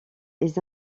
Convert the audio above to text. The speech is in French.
les